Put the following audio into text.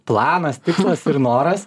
planas tikslas ir noras